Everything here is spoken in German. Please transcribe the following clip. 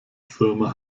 firma